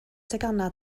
teganau